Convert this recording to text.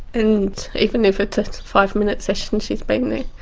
and even if it's a five-minute session, she's been there.